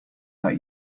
that